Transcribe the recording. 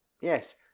Yes